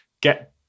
get